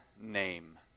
name